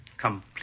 Complete